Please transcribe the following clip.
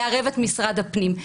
לערב את משרד הפנים.